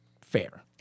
fair